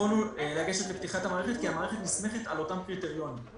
יכולנו לגשת לפתיחת המערכת כי המערכת נסמכת על אותם קריטריונים.